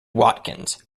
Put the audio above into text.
watkins